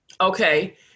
Okay